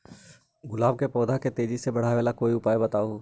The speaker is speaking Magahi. गुलाब के पौधा के तेजी से बढ़ावे ला कोई उपाये बताउ?